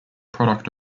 product